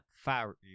fire